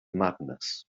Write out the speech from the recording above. madness